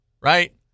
right